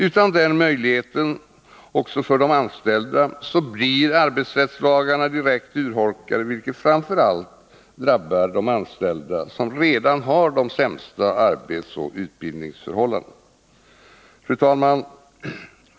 Utan den möjligheten också för de anställda blir arbetsrättslagarna direkt urholkade, vilket framför allt drabbar de anställda som redan har de sämsta arbetsoch utbildningsförhållandena. Fru talman!